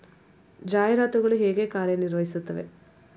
ಜಾಹೀರಾತುಗಳು ಹೇಗೆ ಕಾರ್ಯ ನಿರ್ವಹಿಸುತ್ತವೆ?